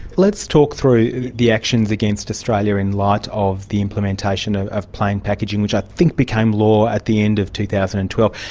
let's talk through the actions against australia in light of the implementation of of plain packaging, which i think became law at the end of two thousand and twelve.